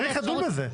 צריך לדון בזה.